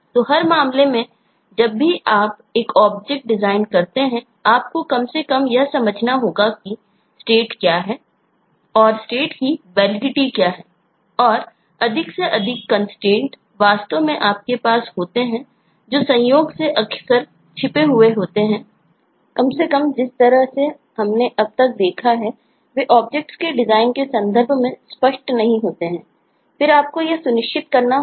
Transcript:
तो हर मामले में जब भी आप एक ऑब्जेक्ट होंगी